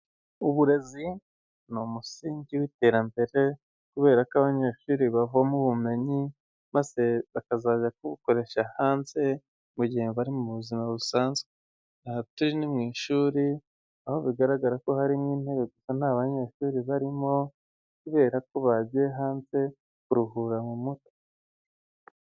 Uburezi ni umusingi w'iterambere, kubera ko abanyeshuri bavoma ubumenyi, maze bakazajya kubukoresha hanze, mu gihe bari mu buzima busanzwe. Aha turi ni mu ishuri, aho bigaragara ko harimo intebe gusa nta banyeshuri barimo, kubera ko bagiye hanze kuruhura mu mutwe.